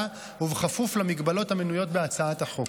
ובכפוף למגבלות המנויות בהצעת החוק,